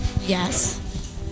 Yes